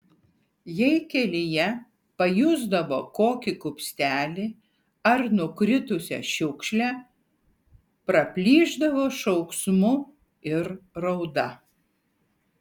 jei kelyje pajusdavo kokį kupstelį ar nukritusią šiukšlę praplyšdavo šauksmu ir rauda